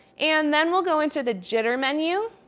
and then, we'll go into the jitter menu,